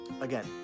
Again